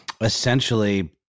essentially